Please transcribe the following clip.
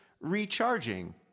recharging